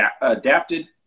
adapted